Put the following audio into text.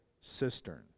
cistern